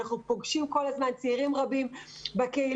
אנחנו פוגשים כל הזמן צעירים רבים בקהילות,